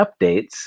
updates